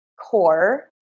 core